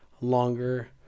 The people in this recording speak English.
longer